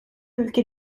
ülke